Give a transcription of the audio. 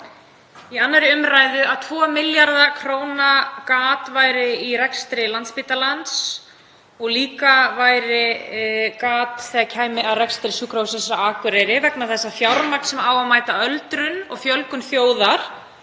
við 2. umr. að 2 milljarða kr. gat væri í rekstri Landspítalans og líka væri gat þegar kæmi að rekstri Sjúkrahússins á Akureyri vegna þess að fjármagn sem á að mæta öldrun og fjölgun þjóðar